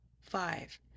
Five